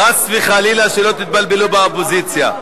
חס וחלילה שלא תתבלבלו באופוזיציה.